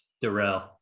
Darrell